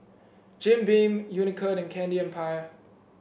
Jim Beam Unicurd and Candy Empire